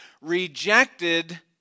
rejected